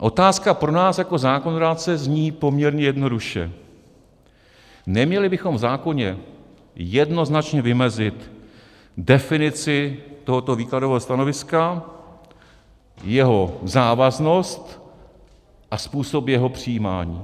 Otázka pro nás jako zákonodárce zní poměrně jednoduše: Neměli bychom v zákoně jednoznačně vymezit definici tohoto výkladového stanoviska, jeho závaznost a způsob jeho přijímání?